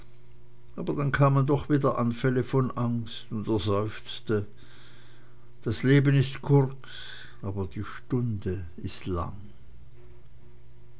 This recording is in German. aber dann kamen doch wieder anfälle von angst und er seufzte das leben ist kurz aber die stunde ist lang